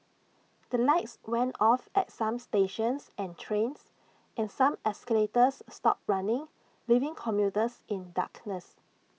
the lights went off at some stations and trains and some escalators stopped running leaving commuters in darkness